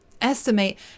estimate